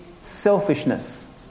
selfishness